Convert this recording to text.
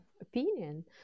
opinion